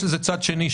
יש לזה צד שני,